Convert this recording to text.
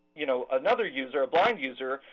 you know, another user, a blind user,